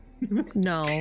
No